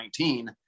2019